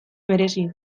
merezi